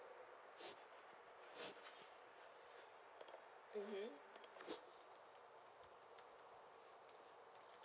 mmhmm